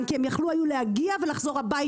כי הם היו יכולים להגיע ולחזור הביתה.